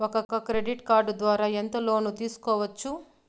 ఒక credit card ద్వారా ఎంత లోను తీసుకోవచ్చు?